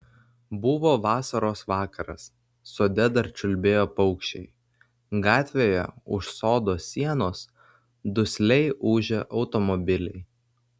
buvo vasaros vakaras sode dar čiulbėjo paukščiai gatvėje už sodo sienos dusliai ūžė automobiliai